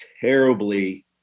terribly